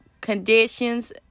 conditions